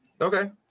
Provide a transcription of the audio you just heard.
Okay